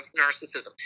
narcissism